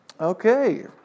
Okay